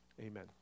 Amen